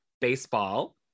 baseball